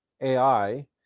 AI